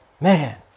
man